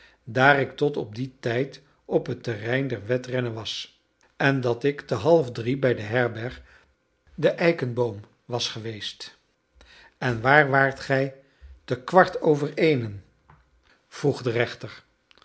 daar ik tot op dien tijd op het terrein der wedrennen was en dat ik te halfdrie bij de herberg de eikenboom was geweest en waar waart gij te kwart over eenen vroeg de rechter